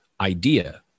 idea